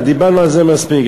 דיברנו על זה מספיק.